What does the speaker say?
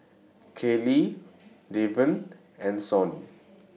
Keeley Deven and Sonny